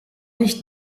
nicht